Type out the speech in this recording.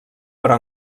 però